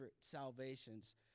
salvations